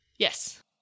Yes